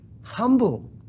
humble